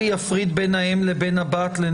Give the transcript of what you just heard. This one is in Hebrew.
ברגע שאתה כותב את זה באופן קטגורי כזה אתה